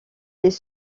les